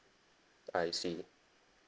I see